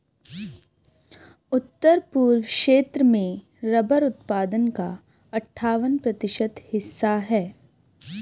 उत्तर पूर्व क्षेत्र में रबर उत्पादन का अठ्ठावन प्रतिशत हिस्सा है